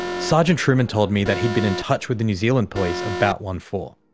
sergeant trueman told me that he'd been in touch with the new zealand police about onefour.